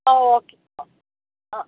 ಹಾಂ ಓಕೆ ಹಾಂ ಹಾಂ